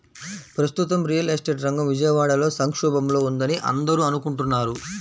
ప్రస్తుతం real estate రంగం విజయవాడలో సంక్షోభంలో ఉందని అందరూ అనుకుంటున్నారు